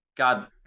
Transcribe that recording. God